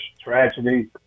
tragedy